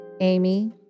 Amy